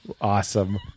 Awesome